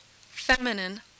feminine